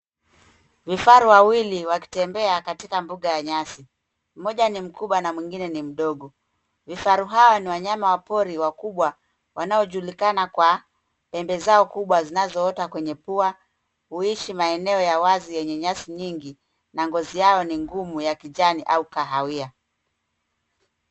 Vifaru wawili wakitembea katika mbuga ya nyasi .Mmoja ni mkubwa na mwingine ni mdogo. Vifaru hawa ni wanyama wa pori wakubwa, wanaojulikana kwa pembe zao kubwa zinazoota kwenye pua. Huishi maeneo ya wazi yenye nyasi nyingi na ngozi yao ni ngumu ya kijani au kahawia.